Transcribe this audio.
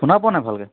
শুনাও পোৱা নাই ভালকৈ